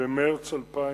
במרס 2008,